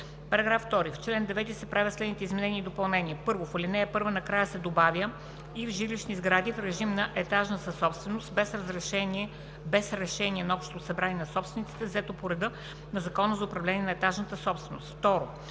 § 2: „§ 2. В чл. 9 се правят следните изменения и допълнения: 1. В ал. 1 накрая се добавя „и в жилищни сгради в режим на етажна собственост без решение на общото събрание на собствениците, взето по реда на Закона за управление на етажната собственост“.